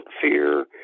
fear